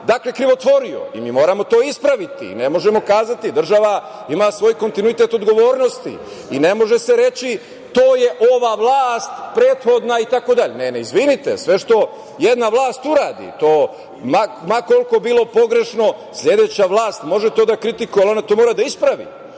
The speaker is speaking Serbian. krivotvorio. Mi moramo to ispraviti. Ne možemo kazati, država ima svoj kontinuitet odgovornosti i ne može se reći – to je ova vlast, prethodna itd. Ne, izvinite, sve što jedna vlast uradi, to ma koliko bilo pogrešno, sledeća vlast može to da kritikuje, ali ona to mora da ispravi.